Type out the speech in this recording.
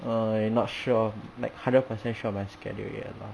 err not sure like hundred percent sure of my schedule yet lah